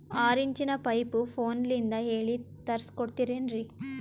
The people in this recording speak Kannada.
ಆರಿಂಚಿನ ಪೈಪು ಫೋನಲಿಂದ ಹೇಳಿ ತರ್ಸ ಕೊಡ್ತಿರೇನ್ರಿ?